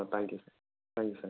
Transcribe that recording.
ah thank you sir thank you sir